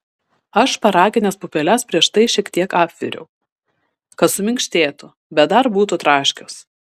aš šparagines pupeles prieš tai šiek tiek apviriau kad suminkštėtų bet dar būtų traškios